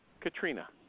Katrina